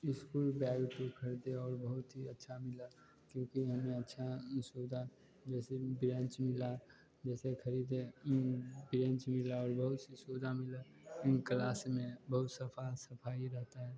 school bag तो ख़रीदें और बहुत ही अच्छा मिला क्योंकि हमें अच्छा सुविधा जैसे बेंच मिला जैसे ख़रीदें बेंच मिला और बहुत सी सुविधा मिली क्लास में बहुत सफा सफ़ाई रहती है